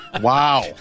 Wow